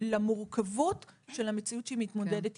למורכבות של המציאות שאיתה היא מתמודדת.